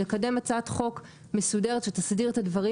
לקדם הצעת חוק מסודרת שתסדיר את הדברים